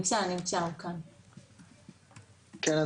כן,